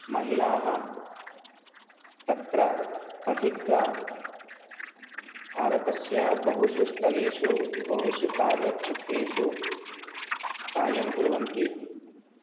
महिलाः तत्र पठित्वा भारतस्य बहुषु स्थलेषु बहुषु कार्यक्षेत्रेषु कार्यं कुर्वन्ति